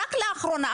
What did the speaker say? רק לאחרונה,